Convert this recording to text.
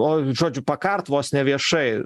o žodžiu pakart vos ne viešai